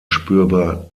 spürbar